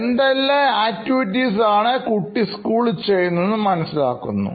എന്തെല്ലാം ആക്ടിവിറ്റീസ്ആണ് കുട്ടി സ്കൂളിൽ ചെയ്യുന്നതെന്ന് മനസ്സിലാക്കുന്നു